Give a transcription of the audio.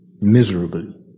miserably